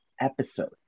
episode